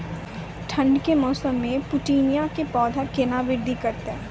ठंड के मौसम मे पिटूनिया के पौधा केना बृद्धि करतै?